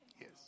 Yes